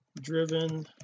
driven